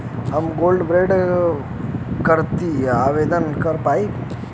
हम gold bond करती आवेदन कर पाईब?